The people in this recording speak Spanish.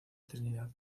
trinidad